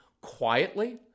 quietly